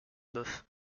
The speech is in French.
bœuf